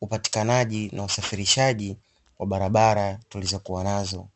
upatikanaji na usafirishaji wa barabara tulizo kuwanazo.